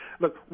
Look